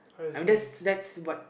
I know that's that's what